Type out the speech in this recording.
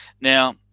Now